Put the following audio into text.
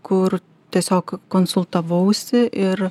kur tiesiog konsultavausi ir